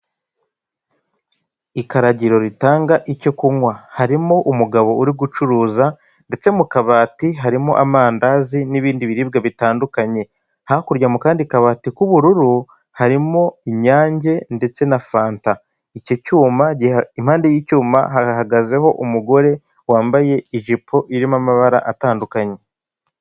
Ikaragiro ritanga icyo kunkwa harimo umugabo uri gucuruza ndetse mu kabati harimo amandazi n'ibindi biribwa bitandukanye, hakurya mu kandikabati k'ubururu harimo inyange ndetse na fanta. Iki cyuma, impande y'icyuma hahagazeho umugore wambaye ijipo irimo amabara atandukanye.